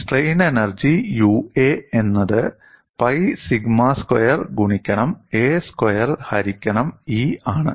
strain energy Ua എന്നത് pi sigma square ഗുണിക്കണം A square ഹരിക്കണം E ആണ്